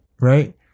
right